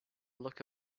look